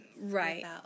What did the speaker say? Right